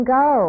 go